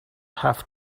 have